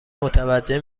متوجه